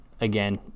again